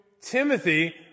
Timothy